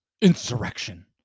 insurrection